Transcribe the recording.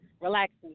relaxing